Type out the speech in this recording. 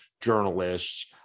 journalists